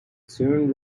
soon